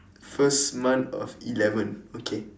first month of eleven okay